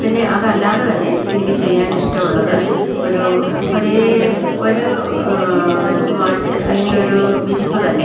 പിന്നെ അതല്ലാതെ തന്നെ എനിക്ക് ചെയ്യാൻ ഇഷ്ടമുള്ളത് ഒരു ഒരേ ഒരു മാറ്റ് അല്ലെങ്കിൽ ഒരു വിരിപ്പ് തന്നെ